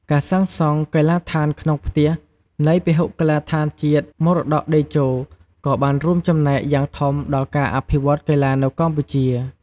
ការសាងសង់កីឡដ្ឋានក្នុងផ្ទះ នៃពហុកីឡដ្ឋានជាតិមរតកតេជោ ក៏បានរួមចំណែកយ៉ាងធំដល់ការអភិវឌ្ឍកីឡានៅកម្ពុជា។